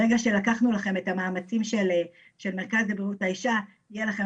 ברגע שלקחנו לכם את המאמצים של מרכז לבריאות האישה יהיה לכם